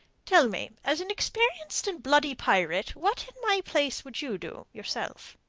tell me, as an experienced and bloody pirate, what in my place would you do, yourself?